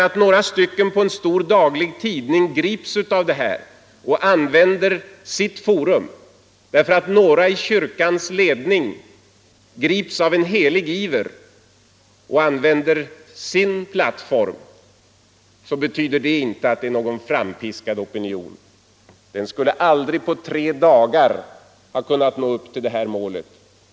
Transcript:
Att några personer på en stor daglig tidning gripits av detta och använt sitt forum liksom att några i kyrkans ledning gripits av en helig iver och begagnat sin plattform betyder inte att det är någon frampiskad opinion. Den skulle aldrig på tre dagar ha kunnat nå upp till detta mål.